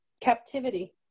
captivity